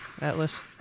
Atlas